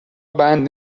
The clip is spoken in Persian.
بند